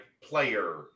player